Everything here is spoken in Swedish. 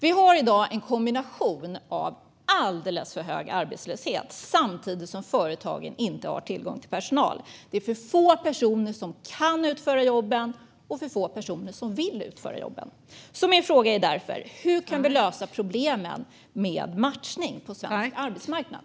Vi har i dag alldeles för hög arbetslöshet samtidigt som företagen inte har tillgång till personal. Det är för få personer som kan utföra jobben och för få personer som vill utföra jobben. Min fråga är därför: Hur kan vi lösa problemen med matchning på svensk arbetsmarknad?